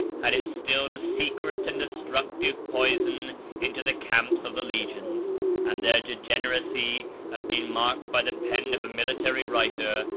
had instilled a secret and destructive poison into the camps of the legions and their degeneracy has been marked by the pen of a military writer,